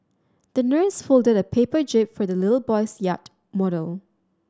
the nurse folded a paper jib for the little boy's yacht model